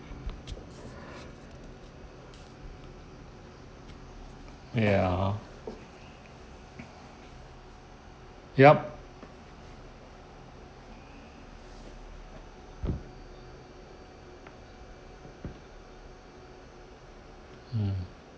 ya yup mm